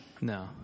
No